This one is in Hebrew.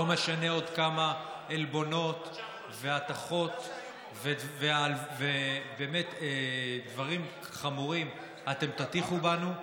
לא משנה עוד כמה עלבונות והטחות ובאמת דברים חמורים אתם תטיחו בנו,